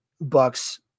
Bucks